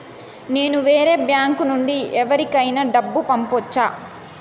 నేను వేరే బ్యాంకు నుండి ఎవరికైనా డబ్బు పంపొచ్చా?